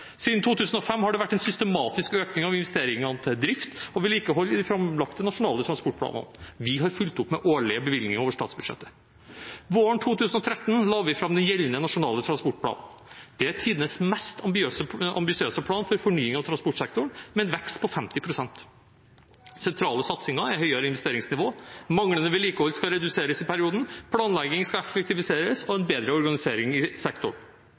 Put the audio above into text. Siden 2005 har det vært en systematisk økning av investeringene til drift og vedlikehold i de framlagte nasjonale transportplanene. Vi har fulgt opp med årlige bevilgninger over statsbudsjettet. Våren 2013 la vi fram gjeldende Nasjonal transportplan. Det er tidenes mest ambisiøse plan for fornying av transportsektoren, med en vekst på 50 pst. Sentrale satsinger er høyere investeringsnivå, at manglende vedlikehold skal reduseres i perioden, at planlegging skal effektiviseres, og en bedre organisering av sektoren.